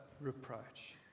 reproach